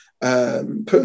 putting